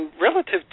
relative